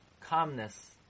calmness